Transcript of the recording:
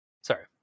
sorry